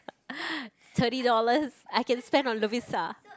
thirty dollars I can spend on Lovisa